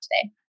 today